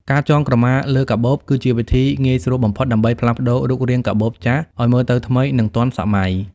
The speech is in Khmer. ការចងក្រមាលើកាបូប គឺជាវិធីងាយស្រួលបំផុតដើម្បីផ្លាស់ប្តូររូបរាងកាបូបចាស់ឲ្យមើលទៅថ្មី និងទាន់សម័យ។